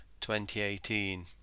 2018